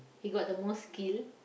he got the most kill